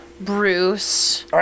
Bruce